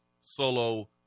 solo